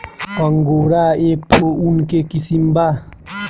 angora एक ठो ऊन के किसिम बा